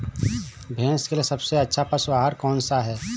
भैंस के लिए सबसे अच्छा पशु आहार कौन सा है?